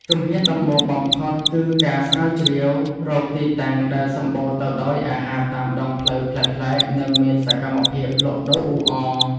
ជំហានដំបូងបំផុត គឺការស្រាវជ្រាវរកទីតាំងដែលសម្បូរទៅដោយអាហារតាមដងផ្លូវប្លែកៗ និងមានសកម្មភាពលក់ដូរអ៊ូអរ។